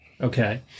Okay